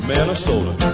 Minnesota